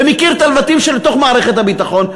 ומכיר את הלבטים בתוך מערכת הביטחון,